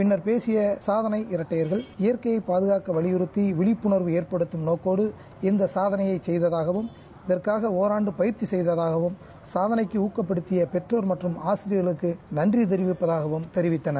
பின்னர் பேசிய சாதனை இரட்டையர்கள் இயற்கையை பாதுகாக்க வலியறுத்தி விழிப்புணர்வு எற்படுத்தம் நோக்கோடு இந்த சாதனையை செப்ததாகவும் இதற்காக ஒாண்டு பயிற்சி செப்ததாகவும் சாதளைக்கு ஊக்கப்படுத்திய பெற்றோர் மற்றும் ஆசிரியர்களுக்கு நன்றி தெரிவிப்பதாகவும் தெரிவித்தனர்